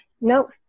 nope